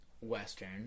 Western